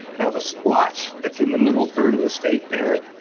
now, the splotch that's in the middle third of the state there,